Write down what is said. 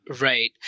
Right